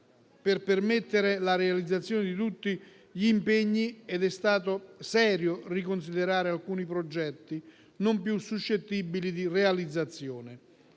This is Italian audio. per permettere la realizzazione di tutti gli impegni ed è stato serio riconsiderare alcuni progetti non più suscettibili di realizzazione.